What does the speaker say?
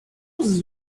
was